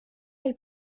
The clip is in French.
est